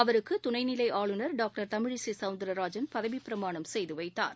அவருக்கு துணைநிலை ஆளுநர் டாக்டர் தமிழிசை சவுந்திரராஜன் பதவிப் பிரமாணம் செய்து வைத்தார்